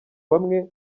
bamwe